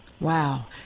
Wow